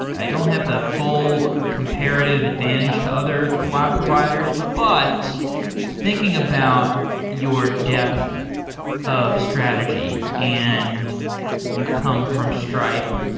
i don't have the full comparative advantage to other cloud providers. but thinking about your depth of strategy and you come from stripe,